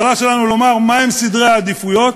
לומר מה הם סדרי העדיפויות?